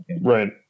right